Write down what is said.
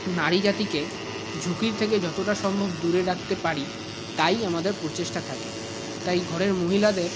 নারী জাতিকে ঝুঁকির থেকে যতটা সম্ভব দূরে রাখতে পারি তাই আমাদের প্রচেষ্টা থাকে তাই ঘরের মহিলাদের